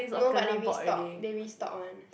no but they restock they restock [one]